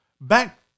back